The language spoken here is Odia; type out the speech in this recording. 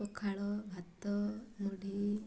ପଖାଳ ଭାତ ମୁଢ଼ି